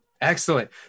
Excellent